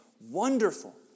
Wonderful